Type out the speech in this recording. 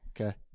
Okay